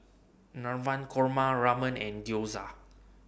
Navratan Korma Ramen and Gyoza